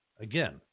Again